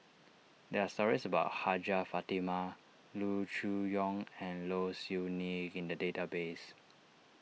there are stories about Hajjah Fatimah Loo Choon Yong and Low Siew Nghee in the database